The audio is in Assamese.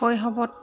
শৈশৱত